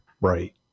right